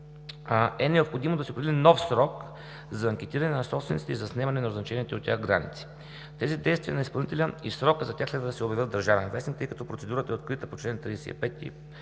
е необходимо да се определи нов срок за анкетиране на собствениците и за заснемане на означените от тях граници. Тези действия на изпълнителя и срокът за тях следва да се обявят в „Държавен вестник“, тъй като процедурата е открита по чл. 35